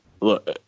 Look